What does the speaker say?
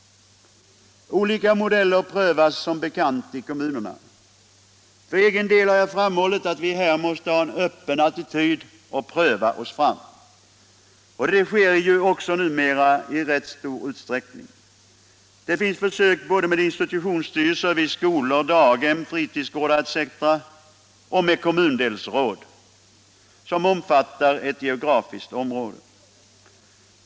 Olika modeller prövas som bekant i kommunerna. För egen del har jag framhållit att vi här måste ha en öppen attityd och pröva oss fram. Det sker ju också numera i rätt stor utsträckning. Det finns försök både med institutionsstyrelser vid skolor, daghem, fritidsgårdar etc. och med kommundelsråd som omfattar ett geografiskt område.